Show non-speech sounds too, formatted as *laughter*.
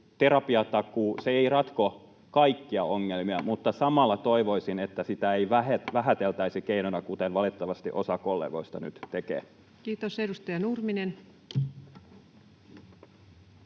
koputtaa] Se ei ratko kaikkia ongelmia, mutta samalla toivoisin, että sitä ei *noise* vähäteltäisi keinona, kuten valitettavasti osa kollegoista nyt tekee. Kiitos. — Edustaja Nurminen.